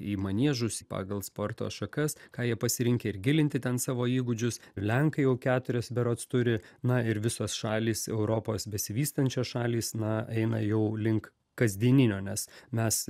į maniežus pagal sporto šakas ką jie pasirinkę ir gilinti ten savo įgūdžius lenkai jau keturias berods turi na ir visos šalys europos besivystančios šalys na eina jau link kasdieninio nes mes